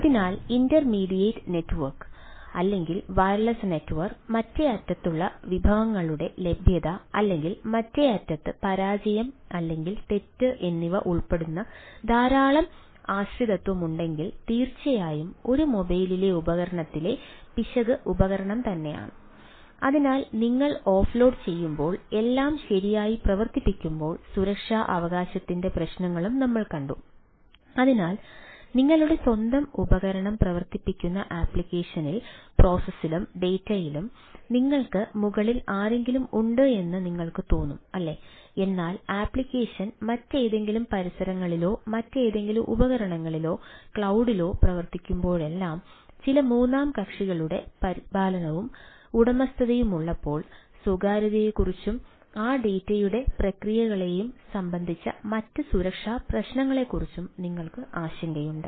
അതിനാൽ intermediate network യെയും പ്രക്രിയകളെയും സംബന്ധിച്ച മറ്റ് സുരക്ഷാ പ്രശ്നങ്ങളെക്കുറിച്ചും നിങ്ങൾക്ക് ആശങ്കയുണ്ട്